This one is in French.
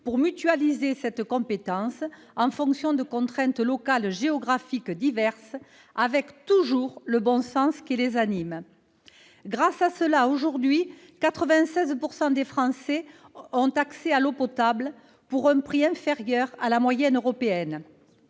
pour mutualiser cette compétence en fonction de diverses contraintes géographiques locales, en conservant toujours le bon sens qui les anime. Grâce à cela, aujourd'hui, 96 % des Français ont accès à l'eau potable, et ce pour un prix inférieur à la moyenne européenne.